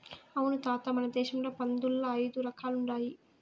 అవును తాత మన దేశంల పందుల్ల ఐదు రకాలుండాయి